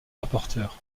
rapporteurs